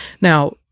Now